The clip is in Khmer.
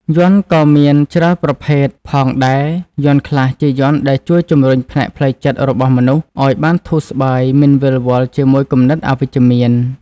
យ័ន្តក៏មានច្រើនប្រភេទផងដែរយ័ន្តខ្លះជាយ័ន្តដែលជួយជម្រុញផ្នែកផ្លូវចិត្តរបស់មនុស្សឲ្យបានធូរស្បើយមិនវិលវល់ជាមួយគំនិតអវិជ្ជមាន